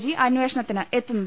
G അന്വേഷണത്തിന് എത്തുന്നത്